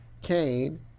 Cain